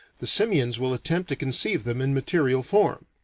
the simians will attempt to conceive them in material form.